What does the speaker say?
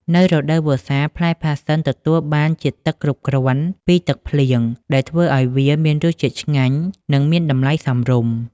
នៅរដូវវស្សា ផ្លែផាសសិនទទួលបានជាតិទឹកគ្រប់គ្រាន់ពីទឹកភ្លៀង ដែលធ្វើឲ្យវាមានរសជាតិឆ្ងាញ់ និងមានតម្លៃសមរម្យ។